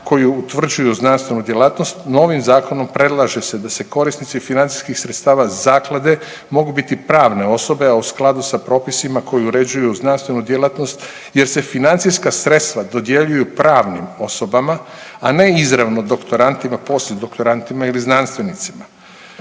koji utvrđuju znanstvenu djelatnost, novim zakonom predlaže se da se korisnici financijskih sredstava zaklade mogu biti pravne osobe a u skladu sa propisima koji uređuju znanstvenu djelatnost jer se financijska sredstva dodjeljuju pravnim osobama, a ne izravno doktorantima, poslijedoktorantima ili znanstvenicima.